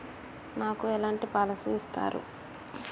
నాకు ఎలాంటి పాలసీ ఇస్తారు?